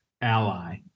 ally